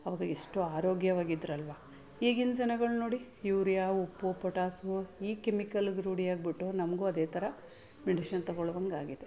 ಅವಾಗ ಎಷ್ಟು ಆರೋಗ್ಯವಾಗಿದ್ದರಲ್ವ ಈಗಿನ ಜನಗಳ ನೋಡಿ ಯೂರ್ಯಾ ಉಪ್ಪು ಪೊಟಾಸು ಈ ಕೆಮಿಕಲಗೆ ರೂಢಿ ಆಗಿಬಿಟ್ಟು ನಮಗೂ ಅದೇ ಥರ ಮೆಡಿಷನ್ ತಗೊಳ್ಳೊವಂತಾಗಿದೆ